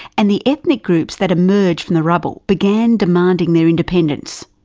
and the ethnic groups that emerged from the rubble began demanding their independence.